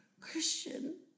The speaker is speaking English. Christian